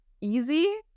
easy